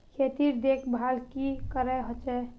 खेतीर देखभल की करे होचे?